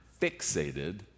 fixated